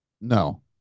No